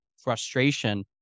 frustration